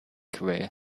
career